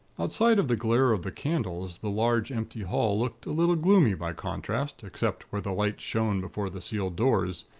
outside of the glare of the candles, the large empty hall looked a little gloomy, by contrast, except where the lights shone before the sealed doors,